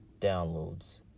downloads